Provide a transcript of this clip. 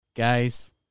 Guys